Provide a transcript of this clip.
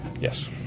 Yes